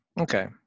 Okay